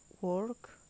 work